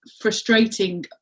frustrating